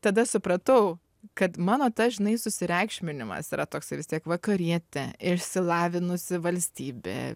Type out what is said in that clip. tada supratau kad mano tas žinai susireikšminimas yra toksai vis tiek vakarietė išsilavinusi valstybė